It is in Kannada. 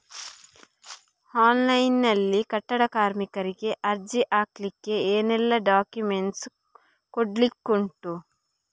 ಆನ್ಲೈನ್ ನಲ್ಲಿ ಕಟ್ಟಡ ಕಾರ್ಮಿಕರಿಗೆ ಅರ್ಜಿ ಹಾಕ್ಲಿಕ್ಕೆ ಏನೆಲ್ಲಾ ಡಾಕ್ಯುಮೆಂಟ್ಸ್ ಕೊಡ್ಲಿಕುಂಟು?